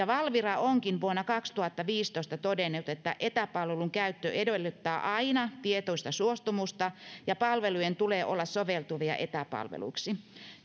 valvira onkin vuonna kaksituhattaviisitoista todennut että etäpalvelun käyttö edellyttää aina tietoista suostumusta ja palvelujen tulee olla soveltuvia etäpalveluiksi